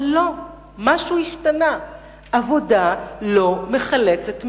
אלא שמתברר שמשהו השתנה, עבודה לא מחלצת מעוני.